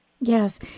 Yes